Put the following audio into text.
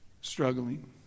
struggling